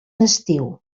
estiu